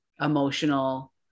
emotional